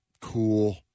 Cool